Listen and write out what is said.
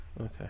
okay